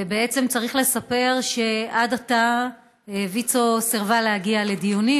צריך לספר שעד עתה ויצ"ו סירבה להגיע לדיונים,